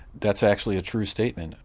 that's actually a true statement.